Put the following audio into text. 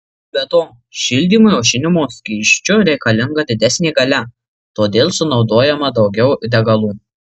be to šildymui aušinimo skysčiu reikalinga didesnė galia todėl sunaudojama daugiau degalų